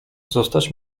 zostać